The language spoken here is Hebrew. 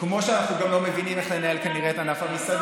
כמו שאנחנו גם לא מבינים כנראה איך לנהל את ענף המסעדות